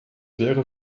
wäre